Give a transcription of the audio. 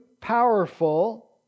powerful